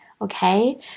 okay